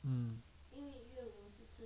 mm